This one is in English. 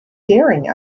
daring